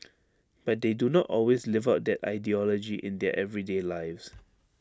but they do not always live out that ideology in their everyday lives